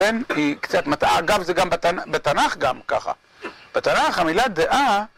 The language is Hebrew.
אגב, זה גם בתנ״ך גם ככה. בתנ״ך המילה דעה...